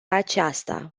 aceasta